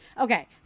Okay